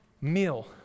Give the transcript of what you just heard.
meal